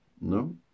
no